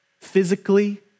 physically